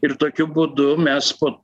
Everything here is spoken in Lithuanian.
ir tokiu būdu mes po